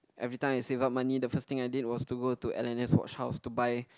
every time I save up money the first thing I did was to go to L_N_S watch house to buy